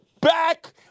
back